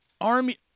army